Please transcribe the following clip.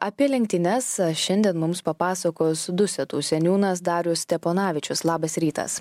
apie lenktynes šiandien mums papasakos dusetų seniūnas darius steponavičius labas rytas